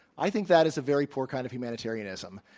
i think that is a very poor kind of humanitarianism.